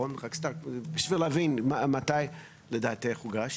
מתי לדעתך הוגש